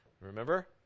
remember